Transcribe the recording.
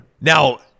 Now